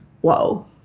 whoa